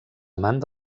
amant